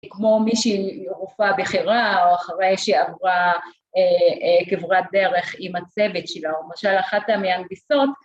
כמו מי שהיא רופאה בכירה או אחרי שהיא עברה כברת דרך עם הצוות שלה, או למשל אחת המהנדסות